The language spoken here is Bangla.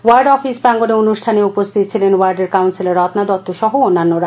ওয়ার্ড অফিস প্রাঙ্গণে অনুষ্ঠানে উপস্থিত ছিলেন ওয়ার্ডের কাউপ্সিলার রভ্গা দত্ত সহ অন্যান্যরা